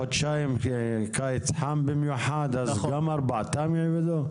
במשך חודשיים יש קיץ חם במיוחד, כך שהארבעה יעבדו?